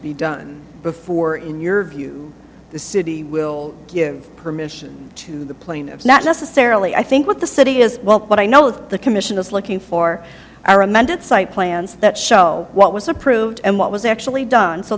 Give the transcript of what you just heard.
be done before in your view the city will give permission to the plaintiff not necessarily i think with the city as well but i know that the commission is looking for our amended site plans that show what was approved and what was actually done so